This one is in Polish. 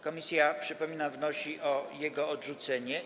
Komisja, przypominam, wnosi o jego odrzucenie.